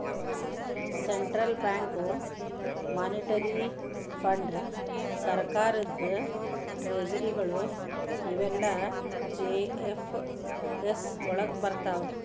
central bank, monetary ಫಂಡ್.ಸರ್ಕಾರದ್ ಟ್ರೆಜರಿಗಳು ಇವೆಲ್ಲಾ ಜಿ.ಎಫ್.ಎಸ್ ವಳಗ್ ಬರ್ರ್ತಾವ